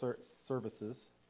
services